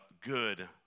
good